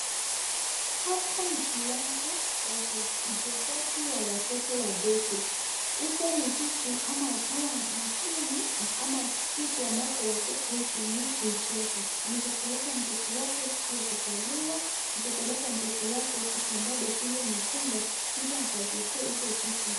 Hapa ni kiwanja kwa uchezaji wa watoto wadogo hizo ni vitu ama mashine ama vitu ambazo watoto huitumia kuicheza. Unaweza peleka mtoto wake siku ya kuzaliwa unaweza peleka mtoto wake siku ambapo shule imefungwa ili akacheze vitu.